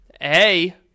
hey